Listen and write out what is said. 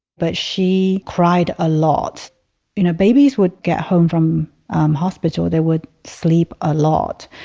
but she cried a lot you know babies would get home from hospital, they would sleep a lot.